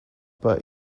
but